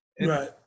Right